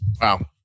Wow